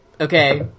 okay